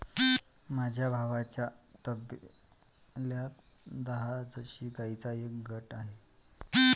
माझ्या भावाच्या तबेल्यात दहा जर्सी गाईंचा एक गट आहे